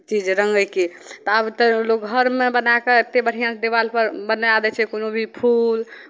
चीज रङ्गयके तऽ आब तऽ लोक घरमे बना कऽ एतेक बढ़िआँ देवालपर बनाय दै छै कोनो भी फूल